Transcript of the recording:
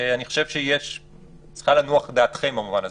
אני חושב שצריכה לנוח דעתכם במובן הזה.